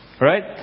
right